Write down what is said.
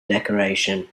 decoration